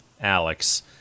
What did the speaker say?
Alex